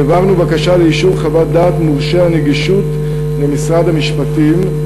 העברנו את הבקשה לאישור חוות דעת מורשי הנגישות למשרד המשפטים,